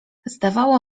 zdawało